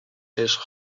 عشق